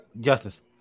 Justice